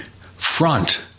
front